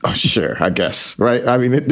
ah sure. i guess. right. i mean,